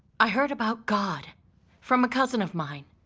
i heard about god from a cousin of mine.